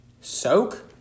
Soak